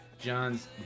John's